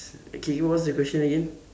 can you ask that question again